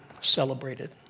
celebrated